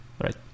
right